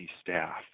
staff